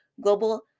global